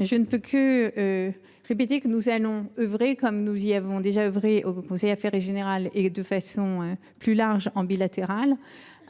je ne peux que répéter que nous allons œuvrer, comme nous l’avons déjà fait au Conseil affaires générales et, de façon plus large, en bilatéral,